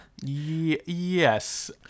Yes